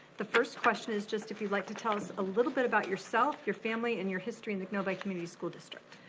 the first question is just if you'd like to tell us a little bit about yourself, your family and your history in the novi community school district.